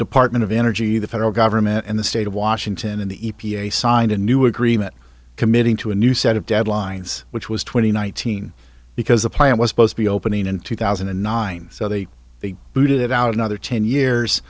department of energy the federal government and the state of washington in the e p a signed a new agreement committing to a new set of deadlines which was twenty nineteen because the plant was supposed to be opening in two thousand and nine so they they booted it out another ten years